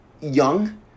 young